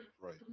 Right